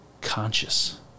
conscious